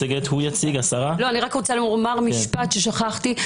אני רק רוצה לומר משפט ששכחתי.